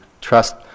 trust